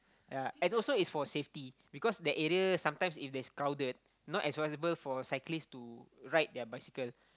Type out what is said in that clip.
yea and also it's for safety because that area sometimes if there's crowded not as possible for cyclists to ride their bicycle